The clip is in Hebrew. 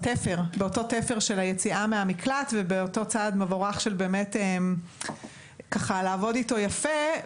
באותו תפר של היציאה מן המקלט ובאותו צעד מבורך לעבוד איתו יפה.